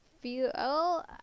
feel